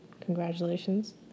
Congratulations